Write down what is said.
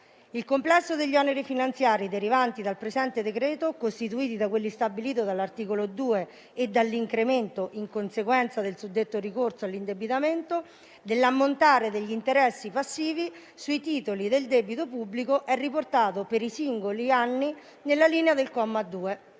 Il complesso degli oneri finanziari derivanti dal presente decreto-legge, costituiti da quelli stabiliti dall'articolo 2 e dall'incremento, in conseguenza del suddetto ricorso all'indebitamento, dell'ammontare degli interessi passivi sui titoli del debito pubblico, è riportato per i singoli anni nella linea del comma 2.